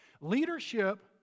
leadership